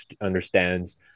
understands